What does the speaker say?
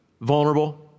vulnerable